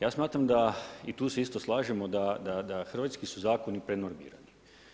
Ja smatram da i tu se isto slažemo da hrvatski su zakoni prenormirani.